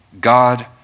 God